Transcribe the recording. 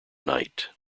night